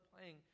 playing